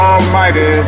Almighty